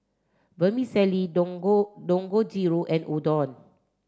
Vermicelli Dangojiru and Udon